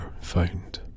found